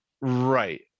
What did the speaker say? right